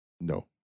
No